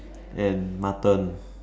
and mutton